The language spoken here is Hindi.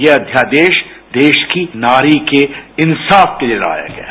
यह अध्यादेश देश की नारी के इंसाफ के लिए लाया गया है